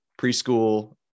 preschool